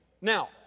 Now